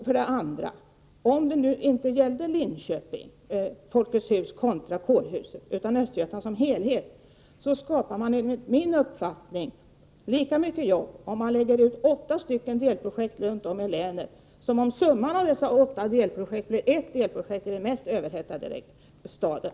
Vidare: Om det nu inte gäller Linköping — Folkets hus kontra kårhuset — utan Östergötland som helhet, skapar man enligt min uppfattning lika mycket jobb om man lägger ut åtta delprojekt runt om i länet som om summan av dessa åtta delprojekt blir ett projekt i den mest överhettade staden.